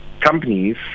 companies